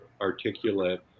articulate